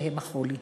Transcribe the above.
שהם החולי.